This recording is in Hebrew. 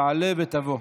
תעלה ותבוא.